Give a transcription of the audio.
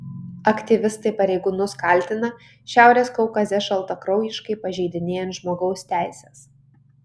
aktyvistai pareigūnus kaltina šiaurės kaukaze šaltakraujiškai pažeidinėjant žmogaus teises